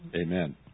Amen